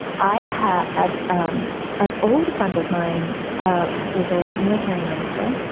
i have had um an old friend of mine ah is a unitarian minister,